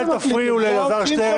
אל תפריעו לאלעזר שטרן.